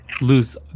lose